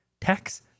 tax